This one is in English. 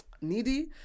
needy